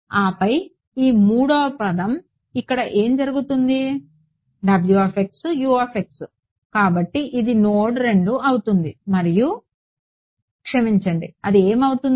ఆపై ఈ మూడవ పదం ఇక్కడ ఏమి జరుగుతుంది w x u x కాబట్టి ఇది నోడ్ 2 అవుతుంది మరియు క్షమించండి అది ఏమవుతుంది